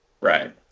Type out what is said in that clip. right